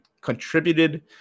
contributed